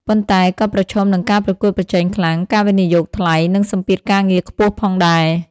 ប៉ុន្តែក៏ប្រឈមនឹងការប្រកួតប្រជែងខ្លាំង ការវិនិយោគថ្លៃ និងសម្ពាធការងារខ្ពស់ផងដែរ។